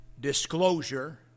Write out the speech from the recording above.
disclosure